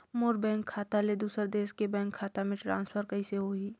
मोर bank खाता ले दुसर देश के बैंक खाता मे ट्रांसफर कइसे होही?